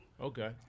Okay